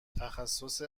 تخصص